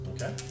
Okay